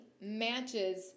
matches